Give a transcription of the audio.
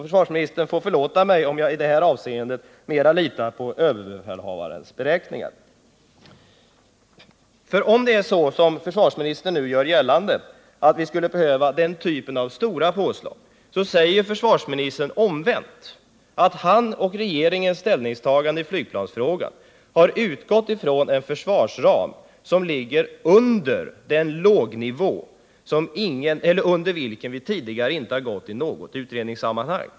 Försvarsministern får förlåta mig, om jag i detta avseende mera litar på överbefälhavarens beräkningar. Å ena sidan vill alltså försvarsministern göra gällande, att vi skulle behöva påslag av denna storleksordning för att klara SK 38/A 38. Å andra sidan menar försvarsministern att hans och regeringens ställningstagande i flygplansfrågan har utgått från en försvarsram som skulle medge ett balanserat försvar. I realiteten måste väl emellertid denna ram ligga under den lågnivå under vilken vi tidigare inte har gått i något utredningssammanhang.